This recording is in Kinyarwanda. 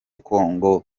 kongo